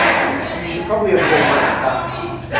and you should probably avoid most of that part.